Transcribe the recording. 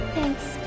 Thanks